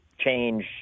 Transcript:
change